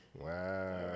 Wow